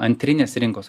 antrinės rinkos